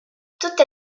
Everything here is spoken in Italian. tutte